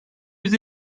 yüz